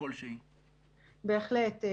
בהחלט.